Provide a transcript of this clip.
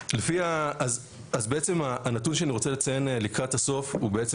אז בעצם הנתון שאני רוצה לציין לקראת הסוף הוא בעצם